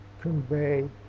convey